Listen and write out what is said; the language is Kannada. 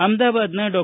ಅಹಮದಾಬಾದ್ನ ಡಾ